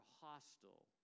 hostile